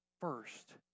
first